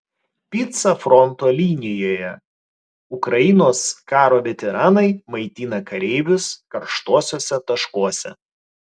pica fronto linijoje ukrainos karo veteranai maitina kareivius karštuosiuose taškuose